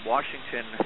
Washington